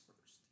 first